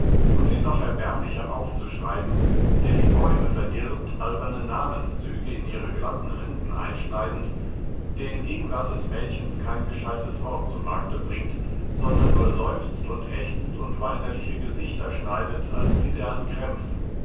und sie noch erbärmlicher aufzuschreiben der die bäume verdirbt alberne namenszüge in ihre glatten rinden einschneidend der in gegenwart des mädchens kein gescheites wort zu markte bringt sondern nur seufzt und ächzt und weinerliche gesichter schneidet als litt er an krämpfen